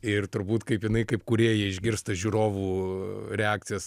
ir turbūt kaip jinai kaip kūrėja išgirsta žiūrovų reakcijas